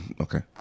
okay